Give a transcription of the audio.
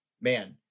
man